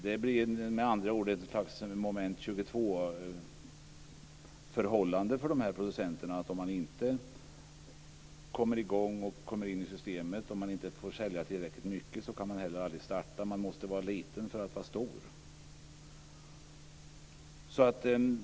Det blir med andra ord ett moment 22-förhållande för de här producenterna. Om man inte kommer i gång och kommer in i systemet och inte får sälja tillräckligt mycket kan man heller aldrig starta. Man måste vara liten för att vara stor.